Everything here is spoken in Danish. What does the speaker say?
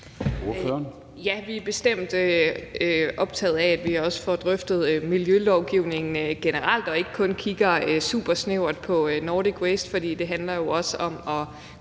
Ja, vi er bestemt optaget af, at vi også får drøftet miljølovgivningen generelt og ikke kun kigger supersnævert på Nordic Waste, for det handler også om at